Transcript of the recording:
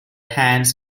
hands